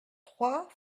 trois